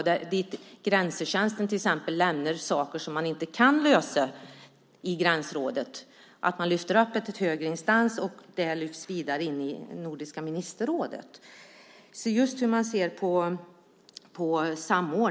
Grensetjänsten skulle till exempel kunna lyfta upp problem som man inte kan lösa i gränsrådet till högre instans och vidare till Nordiska ministerrådet.